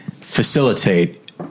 facilitate